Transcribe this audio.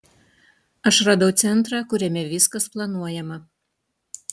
aš radau centrą kuriame viskas planuojama